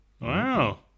Wow